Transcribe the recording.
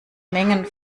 mengen